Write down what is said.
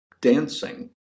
dancing